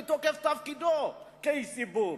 מתוקף תפקידו כאיש ציבור.